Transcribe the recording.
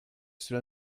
cela